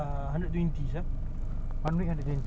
not bad [what] berbual lima jam